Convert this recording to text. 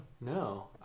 No